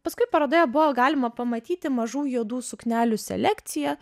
paskui parodoje buvo galima pamatyti mažų juodų suknelių selekciją